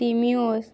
তিনিওষ